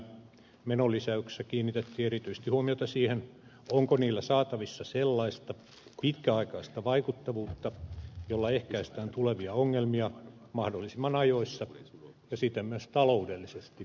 menolisäyksissä kiinnitettiin erityisesti huomiota siihen onko niillä saatavissa sellaista pitkäaikaista vaikuttavuutta jolla ehkäistään tulevia ongelmia mahdollisimman ajoissa ja siten myös taloudellisesti edullisesti